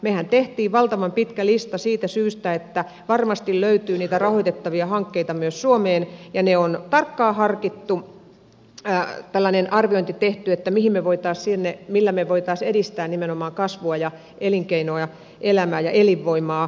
mehän teimme valtavan pitkän listan siitä syystä että varmasti löytyy niitä rahoitettavia hankkeita myös suomeen ja ne on tarkkaan harkittu on arviointi tehty että mihin voi taas sinne millä me voisimme edistää nimenomaan kasvua ja elinkeinoelämää ja elinvoimaa